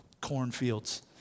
cornfields